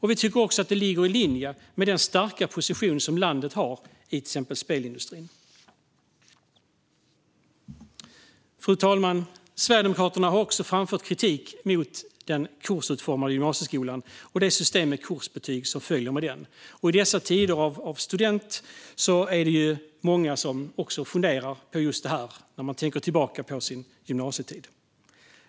Vi tycker också att det ligger i linje med den starka position som Sverige har i spelindustrin. Fru talman! Sverigedemokraterna har också framfört kritik mot den kursutformade gymnasieskolan och det system med kursbetyg som följer med den. I dessa studenttider är det många som funderar på det här när de tänker tillbaka på sin gymnasietid.